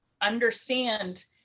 understand